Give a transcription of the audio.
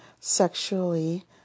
sexually